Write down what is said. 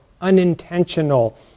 unintentional